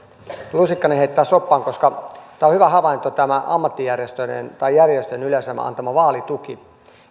lusikkani heittää soppaan koska tämä ammattijärjestöjen yleensä antama vaalituki